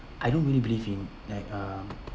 I don't really believe in like um